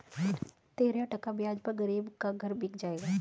तेरह टका ब्याज पर गरीब का घर बिक जाएगा